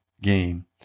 game